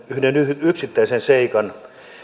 yhden yksittäisen seikan